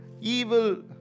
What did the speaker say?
evil